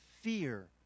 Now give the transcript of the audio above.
fear